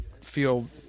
feel